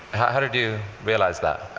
how did you realize that?